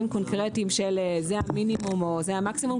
קונקרטיים של זה המינימום או זה המקסימום,